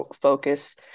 focus